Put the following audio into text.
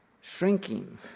shrinking